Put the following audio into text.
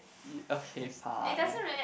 okay fine